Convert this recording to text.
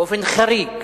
באופן חריג